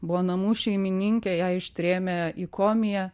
buvo namų šeimininkė ją ištrėmė į komiją